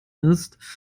ist